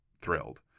thrilled